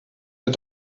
der